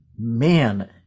man